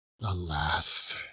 alas